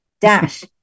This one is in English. Dash